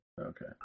Okay